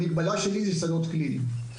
המגבלה שלי היא שדות קליניים.